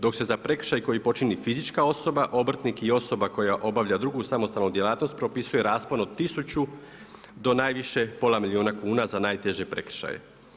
Dok se za prekršaj koji počini fizička osoba obrtnik i osoba koja obavlja drugu samostalnu djelatnost propisuje raspon od tisuću do najviše pola milijuna kuna za najteže prekršaje.